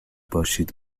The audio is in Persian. باشید